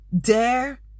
Dare